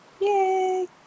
Yay